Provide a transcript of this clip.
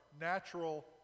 natural